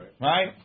right